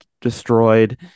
destroyed